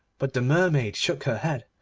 but the mermaid shook her head.